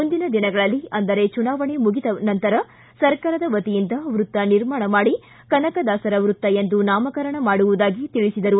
ಮುಂದಿನ ದಿನಗಳಲ್ಲಿ ಅಂದರೆ ಚುನಾವಣೆ ಮುಗಿದ ನಂತರ ಸರ್ಕಾರದ ವತಿಯಿಂದ ವೃತ್ತ ನಿರ್ಮಾಣ ಮಾಡಿ ಕನಕದಾಸರ ವೃತ್ತ ಎಂದು ನಾಮಕರಣ ಮಾಡುವುದಾಗಿ ತಿಳಿಸಿದರು